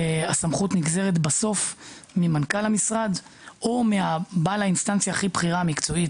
הסמכות נגזרת ממנכ"ל המשרד או מבעל האינסטנציה הכי בכירה מקצועית.